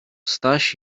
staś